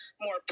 more